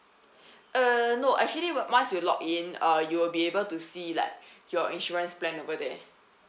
uh no actually o~ once you log in uh you'll be able to see like your insurance plan over there